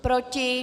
Proti?